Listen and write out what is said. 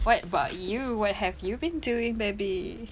what about you what have you been doing baby